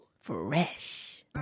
Fresh